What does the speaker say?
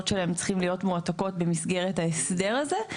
שלהם צריכים להיות מועתקות במסגרת ההסדר הזה,